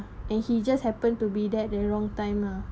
and he just happen to be there at the wrong time lah